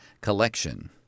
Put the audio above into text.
collection